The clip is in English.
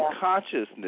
consciousness